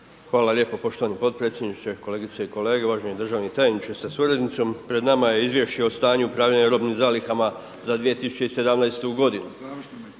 Hvala lijepo poštovani potpredsjedniče, kolegice i kolege. Uvaženi državni tajniče sa suradnicom, pred nama je izvješće o stanju upravljanju robnim zalihama za 2017. godinu.